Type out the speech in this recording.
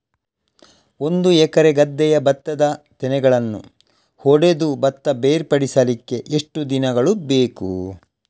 ಒಂದು ಎಕರೆ ಗದ್ದೆಯ ಭತ್ತದ ತೆನೆಗಳನ್ನು ಹೊಡೆದು ಭತ್ತ ಬೇರ್ಪಡಿಸಲಿಕ್ಕೆ ಎಷ್ಟು ದಿನಗಳು ಬೇಕು?